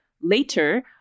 later